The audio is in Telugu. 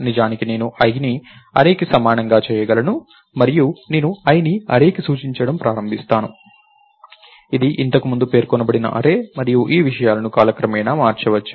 నిజానికి నేను i ని అర్రేకి సమానం చేయగలను మరియు నేను i ని అర్రేకి సూచించడం ప్రారంభిస్తాను ఇది ఇంతకు ముందు పేర్కొనబడిన అర్రే మరియు ఈ విషయాలను కాలక్రమేణా మార్చవచ్చు